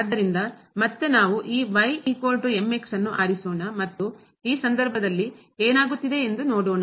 ಆದ್ದರಿಂದ ಮತ್ತೆ ನಾವು ಈ ಮತ್ತು ಈ ಸಂದರ್ಭದಲ್ಲಿ ಏನಾಗುತ್ತಿದೆ ಎಂದು ನೋಡೋಣ